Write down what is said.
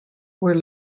were